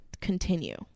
continue